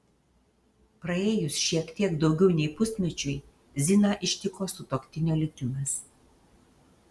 praėjus šiek tiek daugiau nei pusmečiui ziną ištiko sutuoktinio likimas